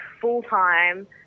full-time